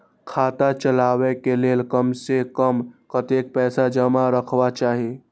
खाता चलावै कै लैल कम से कम कतेक पैसा जमा रखवा चाहि